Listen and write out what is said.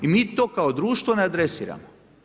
I mi to kao društvo ne adresiramo.